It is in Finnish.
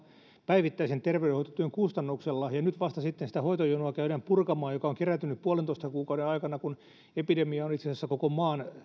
päivittäisen terveydenhoitotyön kustannuksella ja nyt vasta sitten käydään purkamaan sitä hoitojonoa joka on kerääntynyt puolentoista kuukauden aikana kun epidemia on itse asiassa koko maan